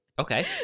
Okay